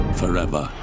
forever